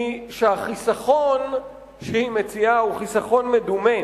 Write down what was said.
שהחיסכון שהיא מציעה הוא חיסכון מדומה,